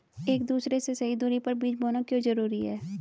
एक दूसरे से सही दूरी पर बीज बोना क्यों जरूरी है?